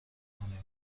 کنیم